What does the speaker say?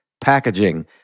packaging